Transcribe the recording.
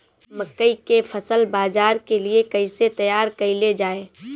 मकई के फसल बाजार के लिए कइसे तैयार कईले जाए?